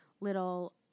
little